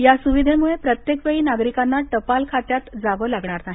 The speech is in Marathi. या सुविधेमुळे प्रत्येक वेळी नागरिकांना टपाल खात्यात जावं लागणार नाही